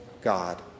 God